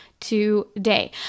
Today